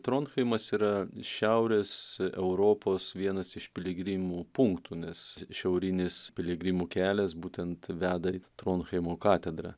tronhaimas yra šiaurės europos vienas iš piligrimų punktų nes šiaurinis piligrimų kelias būtent veda tronheimo katedrą